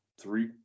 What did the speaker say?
three